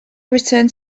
returned